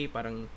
Parang